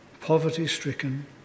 poverty-stricken